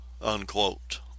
unquote